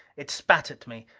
it spat at me.